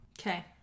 Okay